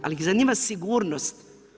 Ali ih zanima sigurnost.